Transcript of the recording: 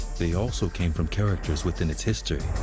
they also came from characters within its history.